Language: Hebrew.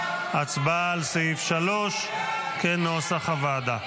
הצבעה על סעיף 3 כנוסח הוועדה.